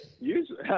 usually